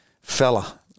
fella